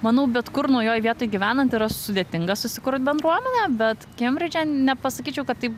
manau bet kur naujoj vietoj gyvenant yra sudėtinga susikurt bendruomenę bet kembridže nepasakyčiau kad taip